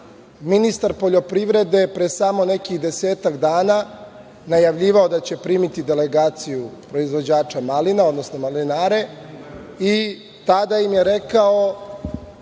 ministar poljoprivrede pre samo nekih desetak dana najavljivao da će primiti delegaciju proizvođača malina, odnosno malinare, i tada im je rekao